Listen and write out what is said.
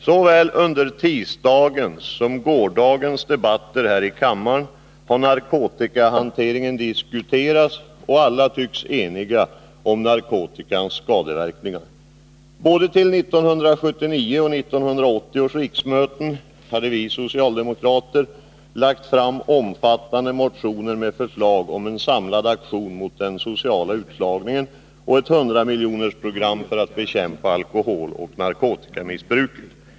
Såväl under tisdagens som under gårdagens debatter här i kammaren har narkotikahanteringen diskuterats, och alla tycks vara eniga om natkotikans skadeverkningar. Både till 1979 års och till 1980 års riksmöte lade socialdemokraterna fram omfattande motioner med förslag om en samlad aktion mot den sociala utslagningen och om ett 100-miljonersprogram för att bekämpa alkoholoch narkotikamissbruket.